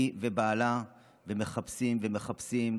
היא ובעלה, ומחפשים ומחפשים.